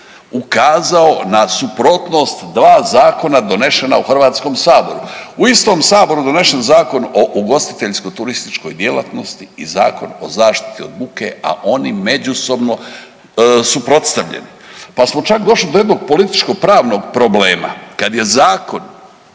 ukazao na suprotnost dva zakona donešena u HS-u. U istom saboru donesen Zakon o ugostiteljsko turističkoj djelatnosti i Zakon o zaštiti od buke, a oni međusobno suprotstavljeni, pa smo čak došli do jednog političko pravnog problema. Kad je zakon